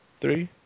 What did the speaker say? three